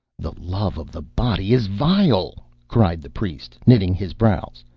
the love of the body is vile cried the priest, knitting his brows,